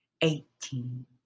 eighteen